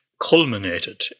culminated